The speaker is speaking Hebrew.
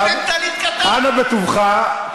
אנא, בטובך.